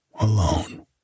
alone